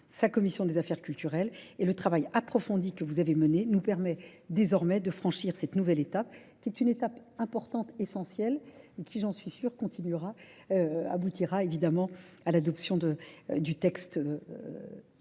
sa commission des affaires culturelles et le travail approfondi que vous avez mené nous permet désormais de franchir cette nouvelle étape qui est une étape importante, essentielle et qui, j'en suis sûre, continuera aboutira évidemment à l'adoption du texte